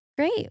Great